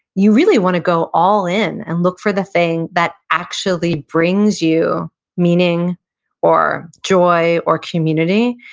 you really want to go all in and look for the thing that actually brings you meaning or joy or community,